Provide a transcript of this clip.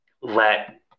let